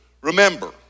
remember